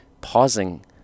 pausing